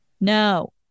No